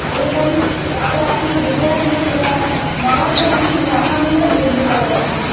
एवं तत्रापि विद्यारण्यपुरामार्गमपि अहमेव निर्मितवती